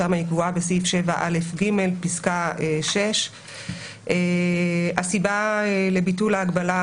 שם היא קבועה בסעיף 7א(ג) פסקה 6. הסיבה לביטול ההגבלה